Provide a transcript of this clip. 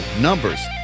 numbers